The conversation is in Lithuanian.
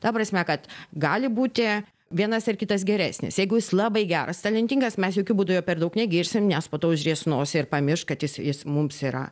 ta prasme kad gali būti vienas ir kitas geresnis jeigu jis labai geras talentingas mes jokiu būdu jo per daug negirsim nes po to užries nosį ir pamirš kad jis jis mums yra